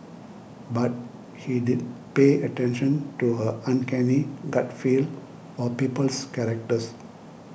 but he did pay attention to her uncanny gut feel for people's characters